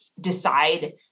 decide